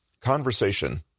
Conversation